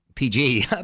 PG